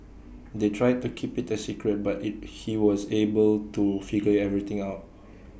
they tried to keep IT A secret but IT he was able to figure everything out